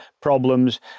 problems